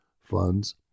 funds